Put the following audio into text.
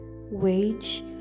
wage